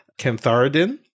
cantharidin